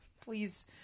Please